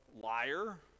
liar